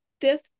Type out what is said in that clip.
fifth